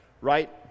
right